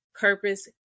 purpose